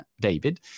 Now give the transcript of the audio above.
David